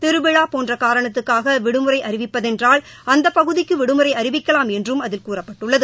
திருவிழா போன்ற காரணத்தக்காக விடுமுறை அறிவிப்பதென்றால் அந்த பகுதிக்கு விடுமுறை அறிவிக்கலாம் என்றும் அதில் கூறப்பட்டுள்ளது